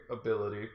ability